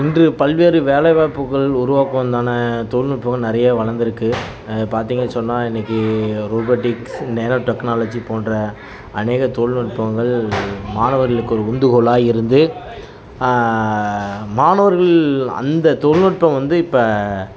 இன்று பல்வேறு வேலை வாய்ப்புகள் உருவாக்குவதற்கான தொழில்நுட்பங்கள் நிறைய வளர்ந்துருக்கு பார்த்திங்கன்னு சொன்னா இன்னக்கு ரோபோட்டிக்ஸ் நேனோ டெக்னாலஜி போன்ற அநேக தொழில்நுட்பங்கள் மாணவர்களுக்கு ஒரு உந்துகோலாக இருந்து மாணவர்கள் அந்த தொழில்நுட்பம் வந்து இப்போ